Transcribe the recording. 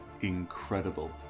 incredible